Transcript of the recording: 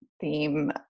theme